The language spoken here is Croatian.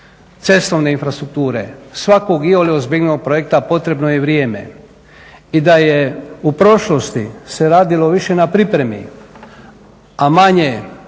cestovne infrastrukture, svakog iole ozbiljnog projekta potrebno je vrijeme. I da je u prošlosti se radilo više na pripremi a manje na